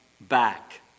back